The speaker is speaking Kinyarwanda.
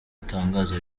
atangaza